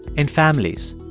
and families,